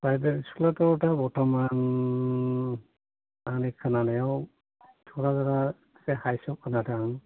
private स्कुलाथ' दा बरथ'मान आंनि खोनानायाव थुख्राजारा इसे हायेस्टआव खोनादों आं